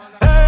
hey